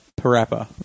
Parappa